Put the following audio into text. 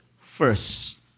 first